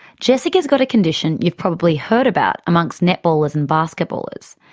jessica's got a condition you've probably heard about amongst netballers and basketballers.